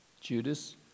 Judas